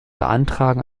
beantragung